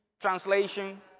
translation